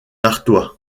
artois